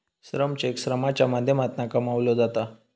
श्रम चेक श्रमाच्या माध्यमातना कमवलो जाता